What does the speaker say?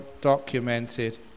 documented